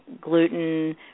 gluten